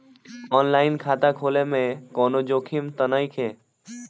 आन line खाता खोले में कौनो जोखिम त नइखे?